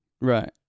Right